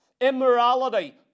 immorality